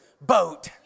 boat